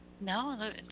No